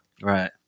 Right